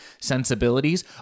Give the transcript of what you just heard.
sensibilities